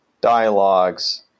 dialogues